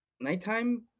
nighttime